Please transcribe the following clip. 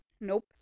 Nope